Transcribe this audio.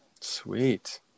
Sweet